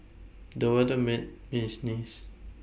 the weather made me sneeze